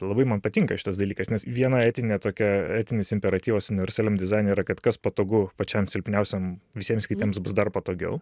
labai man patinka šitas dalykas nes viena etinė tokia etinis imperatyvas universaliam dizaine yra kad kas patogu pačiam silpniausiam visiems kitiems bus dar patogiau